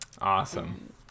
Awesome